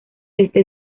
este